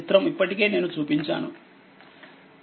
చిత్రం ఇప్పటికేనేనుచూపించాను